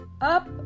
up